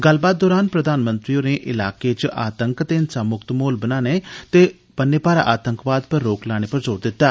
गल्लबात दौरान प्रधानमंत्री होरें इलाकें इच आतंक ते हिंसा मुक्त माहौल बनाने ते बन्ने पारा आतंकवाद पर रोक लाने पर जोर दित्ता